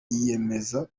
yiyemeza